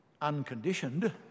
unconditioned